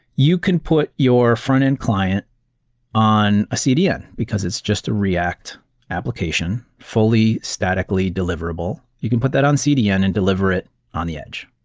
you can put your frontend client on a cdn because it's just a react application, fully statically deliverable. you can put that on cdn and deliver it on the edge.